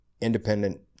independent